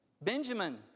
Benjamin